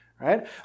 right